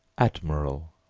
admiral,